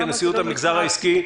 כנשיאות המגזר העסקי,